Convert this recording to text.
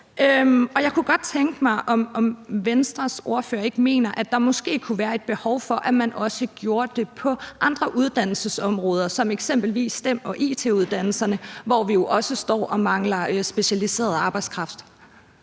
Jeg kunne godt tænke mig at spørge, om Venstres ordfører ikke mener der måske kunne være et behov for, at man også gjorde det på andre uddannelsesområder som eksempelvis STEM- og it- uddannelserne, hvor vi jo også står og mangler specialiseret arbejdskraft.